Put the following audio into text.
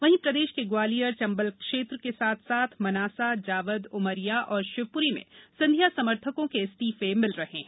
वहीं प्रदेश के ग्वालियर चंबल क्षेत्र के साथ साथ मनासा जावद उमरिया और शिवप्री में सिंधिया समर्थकों के इस्तीफे मिल रहे हैं